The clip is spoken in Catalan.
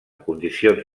condicions